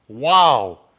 Wow